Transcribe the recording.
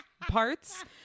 parts